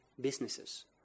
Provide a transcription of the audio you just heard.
businesses